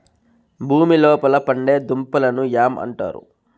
భూమి లోపల పండే దుంపలను యామ్ అంటారు